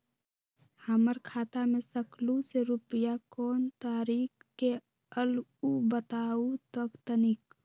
हमर खाता में सकलू से रूपया कोन तारीक के अलऊह बताहु त तनिक?